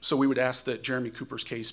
so we would ask that jeremy cooper's case